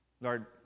Lord